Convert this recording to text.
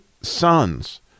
sons